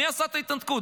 מי עשה את ההתנתקות?